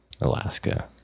Alaska